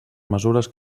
mesures